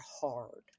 hard